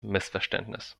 missverständnis